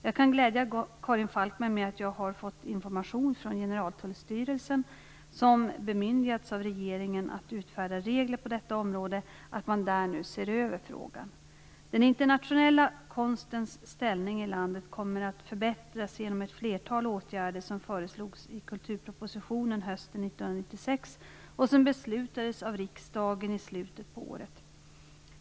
Jag kan glädja Karin Falkmer med att jag har fått information från Generaltullstyrelsen, som bemyndigats av regeringen att utfärda regler på detta område, att man där nu ser över frågan. Den internationella konstens ställning i landet kommer att förbättras genom ett flertal åtgärder som föreslogs i kulturpropositionen hösten 1996 och som beslutades av riksdagen i slutet på året.